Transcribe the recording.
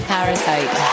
Parasite